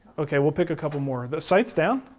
okay, we'll pick a couple more. the site is down?